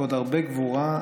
ועוד הרבה גבורה,